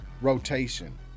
rotation